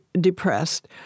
depressed